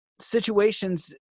situations